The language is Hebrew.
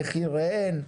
מחיריהן,